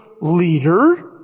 leader